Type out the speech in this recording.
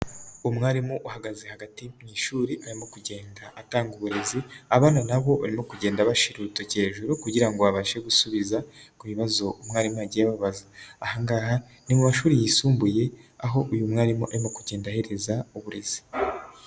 Umwarimu uhagaze hagati mu ishuri arimo kugenda atanga uburezi, abana nabo barimo kugenda bashira urutoki hejuru kugira ngo baba abashe gusubiza ku bibazo umwarimu yagiye ababaza. Aha ngaha ni mu mashuri yisumbuye aho uyu mwarimu arimo kugenda ahereza uburezi.